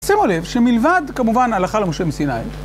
שימו לב, שמלבד כמובן ההלכה למשה מסיני